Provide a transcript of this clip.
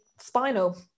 spinal